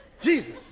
Jesus